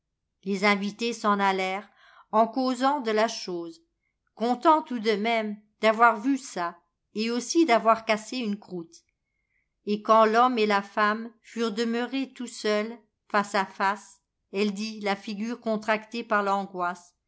les invités s'en allèrent en causant de la chose contents tout de même d'avoir vu ça et aussi d'avoir cassé une croûte et quand l'homme et la femme furent demeurés tout seuls face à face elle dit la figure contractée par l'angoisse